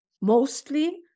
Mostly